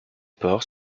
port